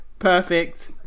Perfect